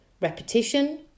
Repetition